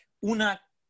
Una